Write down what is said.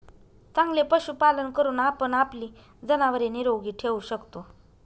चांगले पशुपालन करून आपण आपली जनावरे निरोगी ठेवू शकतो